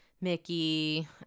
Mickey